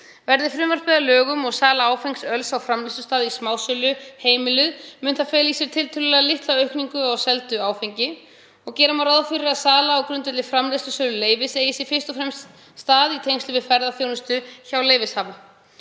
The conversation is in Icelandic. Verði frumvarpið að lögum og sala áfengs öls á framleiðslustað í smásölu heimiluð mun það fela í sér tiltölulega litla aukningu á seldu áfengi og gera má ráð fyrir að sala á grundvelli framleiðslusöluleyfis eigi sér fyrst og fremst stað í tengslum við ferðaþjónustu hjá leyfishafa.